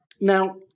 Now